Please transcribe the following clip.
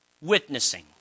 witnessing